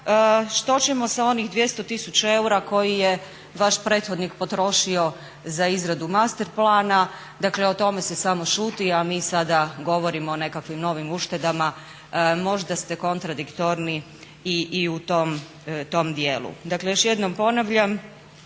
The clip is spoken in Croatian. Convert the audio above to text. što ćemo sa onih 200 tisuća eura koje je vaš prethodnik potrošio za izradu master plana, dakle o tome se samo šuti a mi sada govorimo o nekakvim novim uštedama. Možda ste kontradiktorni i u tom dijelu. Dakle još jednom ponavljam